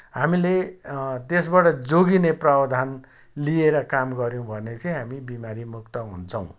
हामीले त्यसबाट जोगिने प्रावधान लिएर काम गऱ्यौँ भने चाहिँ हामी बिमारीमुक्त हुन्छौँ